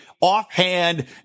offhand